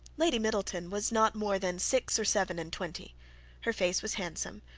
lady middleton was not more than six or seven and twenty her face was handsome,